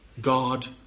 God